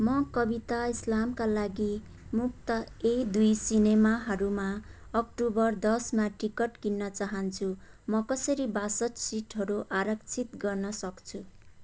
म कविता स्ल्यामका लागि मुक्त केही दुई सिनेमाहरूमा अक्टुबर दसमा टिकट किन्न चाहन्छु म कसरी बयासठ सिटहरू आरक्षित गर्न सक्छु